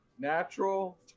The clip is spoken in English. natural